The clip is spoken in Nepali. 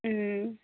अँ